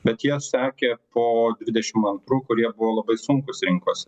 bet jie sekė po dvidešimt antrų kurie buvo labai sunkūs rinkose